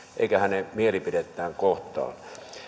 eikä hänen mielipidettään kohtaan